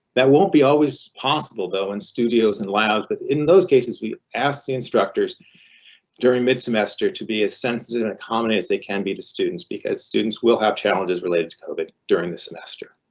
that won't be always possible, though in studios and labs but in those cases, we asked the instructors during mid semester to be as sensitive and accommodative as they can be to students. because students will have challenges related to covid during the semester.